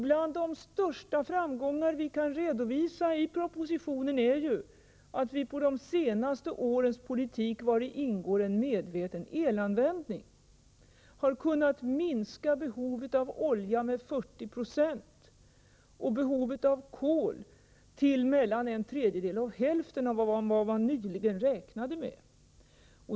Bland de största framgångar vi kan redovisa i propositionen är att vi med de senaste årens politik, vari ingår en medveten elanvändning, har kunnat minska behovet av olja med 40 96 och att behovet av kol uppgår till mellan en tredjedel och hälften av vad man nyligen räknade med.